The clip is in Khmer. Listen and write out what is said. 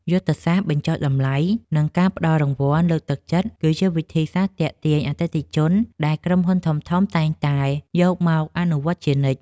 យុទ្ធសាស្ត្របញ្ចុះតម្លៃ និងការផ្តល់រង្វាន់លើកទឹកចិត្តគឺជាវិធីសាស្ត្រទាក់ទាញអតិថិជនដែលក្រុមហ៊ុនធំៗតែងតែយកមកអនុវត្តជានិច្ច។